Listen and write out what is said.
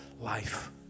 life